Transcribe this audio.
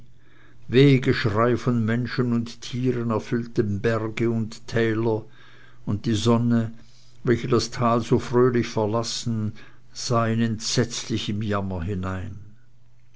wehgeschrei von menschen und tieren erfüllte berge und täler und die sonne welche das tal so fröhlich verlassen sah in entsetzlichen jammer hinein